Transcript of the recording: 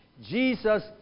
Jesus